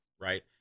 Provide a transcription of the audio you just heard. right